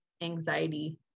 anxiety